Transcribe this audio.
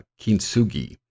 kintsugi